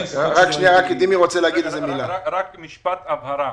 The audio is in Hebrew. רק משפט הבהרה.